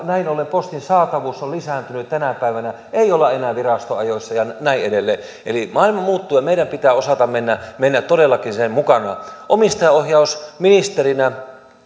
näin ollen postin saatavuus on lisääntynyt tänä päivänä ei olla enää virastoajoissa ja näin edelleen eli maailma muuttuu ja meidän pitää osata mennä mennä todellakin sen mukana omistajaohjausministerinä myös